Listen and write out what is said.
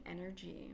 energy